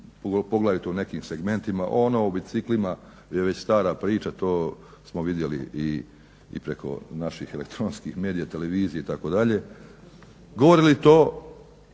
poglavito u nekim segmentima? Ono o biciklima je već stara priča, to smo vidjeli i preko naših elektroničkih medija i televizije itd. govori li to